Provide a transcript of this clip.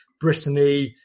Brittany